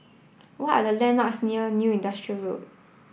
what are the landmarks near New Industrial Road